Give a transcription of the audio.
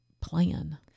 plan